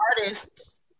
artists